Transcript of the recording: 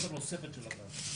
הנוספת של הגז?